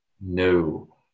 No